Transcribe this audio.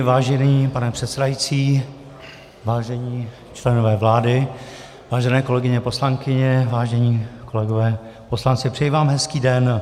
Vážený pane předsedající, vážení členové vlády, vážené kolegyně poslankyně, vážení kolegové poslanci, přeji vám hezký den.